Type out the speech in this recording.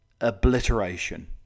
obliteration